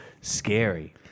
scary